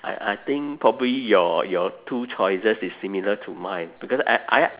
I I think probably your your two choices is similar to mine because I I